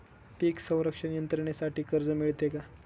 पीक संरक्षण यंत्रणेसाठी कर्ज मिळते का?